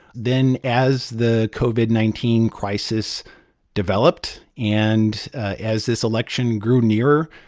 then as the covid nineteen crisis developed and as this election grew nearer,